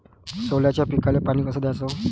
सोल्याच्या पिकाले पानी कस द्याचं?